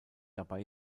dabei